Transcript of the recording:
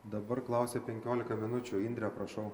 dabar klausia penkiolika minučių indre prašau